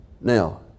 Now